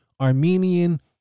Armenian